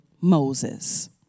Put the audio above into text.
Moses